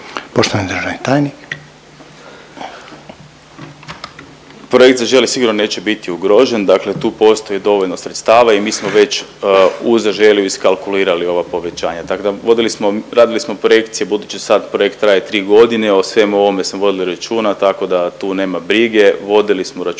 Poštovani državni tajnik. **Vidiš, Ivan** Projekt Zaželi sigurno neće biti ugrožen, dakle tu postoji dovoljno sredstava i mi smo već u Zaželi iskalkulirali ova povećanja, tako da vodili smo, radili smo projekcije, budući sad projekt traje 3 godine, o svemu ovome smo vodili računa, tako da tu nema brige. Vodili smo računa